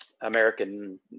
american